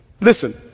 Listen